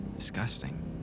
Disgusting